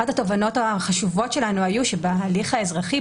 אחת התובנות החשובות שלנו היו שבהליך האזרחי,